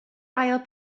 ail